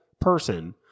person